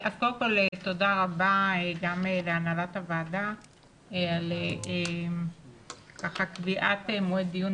קודם כל תודה רבה גם להנהלת הוועדה על קביעת מועד דיון